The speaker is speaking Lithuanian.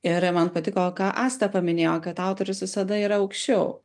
ir man patiko ką asta paminėjo kad autorius visada yra aukščiau